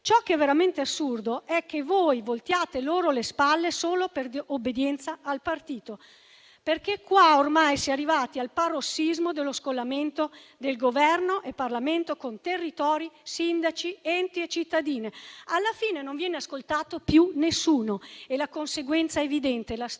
Ciò che è veramente assurdo è che voi voltiate loro le spalle solo per obbedienza al partito, perché ormai si è arrivati al parossismo dello scollamento del Governo e del Parlamento con territori, sindaci, enti e cittadini. Alla fine non viene ascoltato più nessuno e la conseguenza evidente è